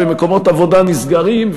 ומקומות עבודה נסגרים,